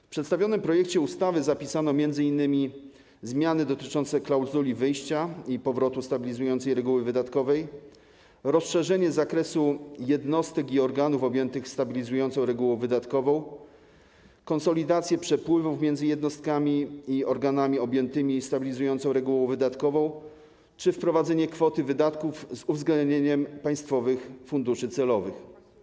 W przedstawionym projekcie ustawy zapisano m.in. zmiany dotyczące klauzuli wyjścia i powrotu stabilizującej reguły wydatkowej, rozszerzenie zakresu jednostek i organów objętych stabilizującą regułą wydatkową, konsolidację przepływów między jednostkami i organami objętymi stabilizującą regułą wydatkową czy wprowadzenie kwoty wydatków z uwzględnieniem państwowych funduszy celowych.